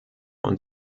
und